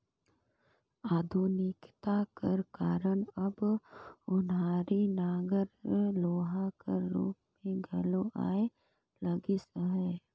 आधुनिकता कर कारन अब ओनारी नांगर लोहा कर रूप मे घलो आए लगिस अहे